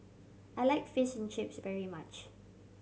I like Fish and Chips very much